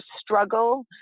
struggle